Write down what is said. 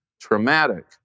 traumatic